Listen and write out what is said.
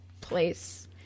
place